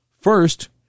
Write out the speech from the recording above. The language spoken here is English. First